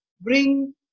bring